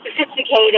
sophisticated